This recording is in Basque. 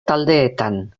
taldeetan